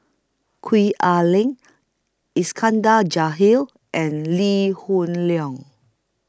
Gwee Ah Leng Iskandar and Lee Hoon Leong